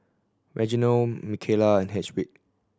Reginal Micaela and Hedwig